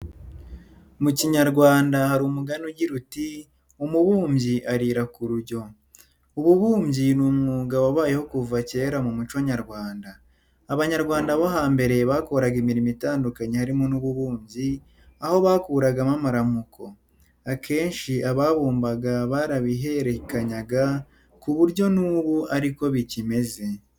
Mu kinyarwanda hari umugani ugira uti "umubumbyi arira kurujyo". Ububumbyi ni umwuga wabayeho kuva kera mu muco nyarwanda. Abanyarwanda bo hambere bakoraga imirimo itandukanye harimo n'ububumbyi aho bakuragamo amaramuko. Akenshi ababumbaga barabiherekanyaga kuburyo n'ubu ariko bikimeze.